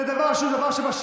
זה דבר שהוא בשגרה.